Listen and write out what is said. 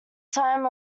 time